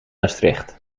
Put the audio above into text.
maastricht